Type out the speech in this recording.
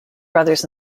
brothers